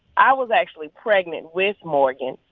i was actually pregnant with morgan.